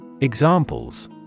Examples